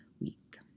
week